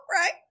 Right